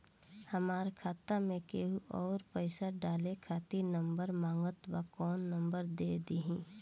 हमार खाता मे केहु आउर पैसा डाले खातिर नंबर मांगत् बा कौन नंबर दे दिही?